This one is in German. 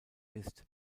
ist